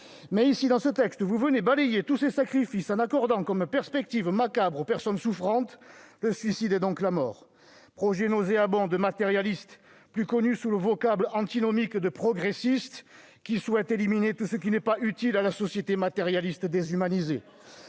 Mais ici, dans ce texte, vous venez balayer tous ces sacrifices en offrant comme perspective macabre aux personnes souffrantes le suicide et donc la mort. Projet nauséabond de matérialistes, plus connus sous le vocable antinomique de « progressistes »... C'est un mot que vous ne connaissez pas !... qui souhaitent éliminer tout ce qui n'est pas utile à la société matérialiste déshumanisée.